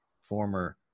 former